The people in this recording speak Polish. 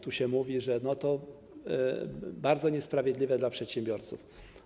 Tu się mówi, że to bardzo niesprawiedliwe dla przedsiębiorców.